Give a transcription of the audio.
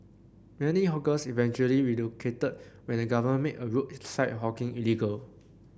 many hawkers eventually relocated when the government made roadside hawking illegal